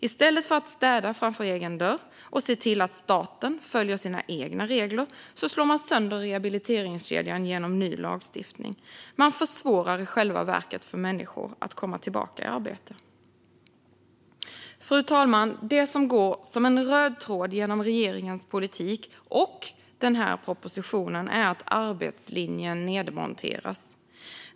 I stället för att städa framför egen dörr och se till att staten följer sina egna regler slår man sönder rehabiliteringskedjan genom ny lagstiftning. Man försvårar i själva verket för människor att komma tillbaka i arbete. Fru talman! Det som går som en röd tråd genom regeringens politik och den här propositionen är att arbetslinjen nedmonteras.